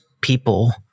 people